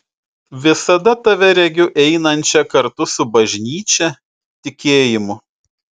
visada tave regiu einančią kartu su bažnyčia tikėjimu